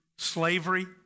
slavery